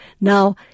Now